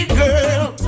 girl